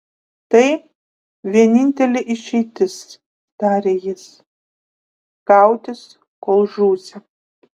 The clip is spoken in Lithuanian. tai vienintelė išeitis tarė jis kautis kol žūsi